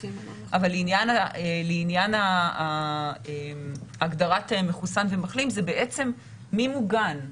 אבל לעניין הגדרת מחוסן ומחלים זה בעצם מי מוגן,